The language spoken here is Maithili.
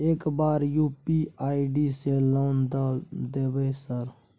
एक बार यु.पी.आई से लोन द देवे सर?